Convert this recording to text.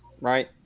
Right